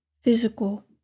physical